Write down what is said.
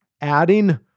Adding